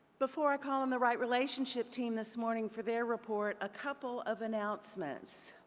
before i call on the right relationship team this morning for their report, a couple of announcements.